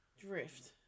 Drift